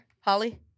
Holly